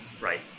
Right